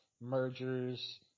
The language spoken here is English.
mergers